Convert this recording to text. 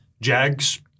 Jags